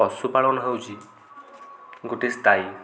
ପଶୁପାଳନ ହେଉଛି ଗୋଟେ ସ୍ଥାୟୀ